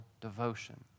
devotion